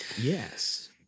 Yes